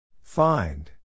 Find